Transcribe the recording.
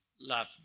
love